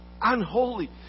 unholy